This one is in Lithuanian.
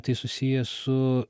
tai susiję su